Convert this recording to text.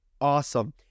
awesome